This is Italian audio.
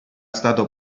stato